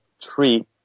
treat